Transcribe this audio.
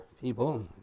people